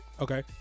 Okay